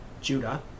Judah